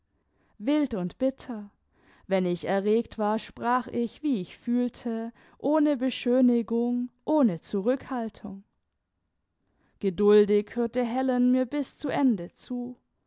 wild und bitter wenn ich erregt war sprach ich wie ich fühlte ohne beschönigung ohne zurückhaltung geduldig hörte helen mir bis zu ende zu